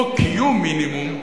חוק קיום מינימום,